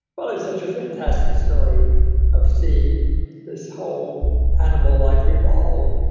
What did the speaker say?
well, it's such a fantastic story of seeing this whole animal life evolve.